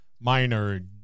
minor